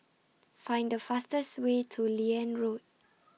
Find The fastest Way to Liane Road